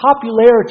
popularity